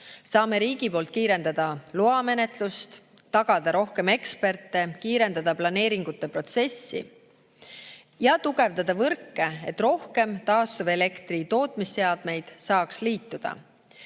Saame riigi poolt kiirendada loamenetlust, tagada rohkem eksperte, kiirendada planeeringute protsessi ja tugevdada võrke, et rohkem taastuvelektri tootmise seadmeid saaks liituda.